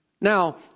Now